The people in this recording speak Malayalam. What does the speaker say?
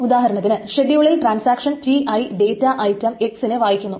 ഉദാഹരണത്തിന് ഷെഡ്യൂളിൽ transaction Ti data item x നെ വായിക്കുന്നു